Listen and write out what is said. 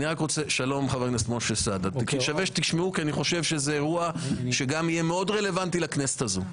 שווה שתשמעו כי אני חושב שזה אירוע שגם יהיה מאוד רלוונטי לכנסת הזאת.